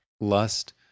lust